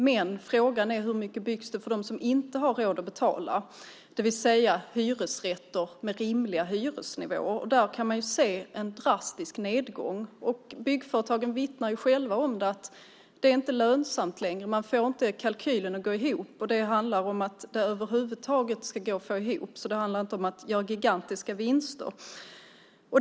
Men frågan är hur mycket det byggs för dem som inte har råd att betala, det vill säga hyresrätter med rimlig hyresnivå. Där kan vi se en drastisk nedgång. Byggföretagen vittnar själva om att detta inte är lönsamt längre. Man får inte kalkylen att gå ihop - och det handlar inte om gigantiska vinster utan just om att få den att gå ihop.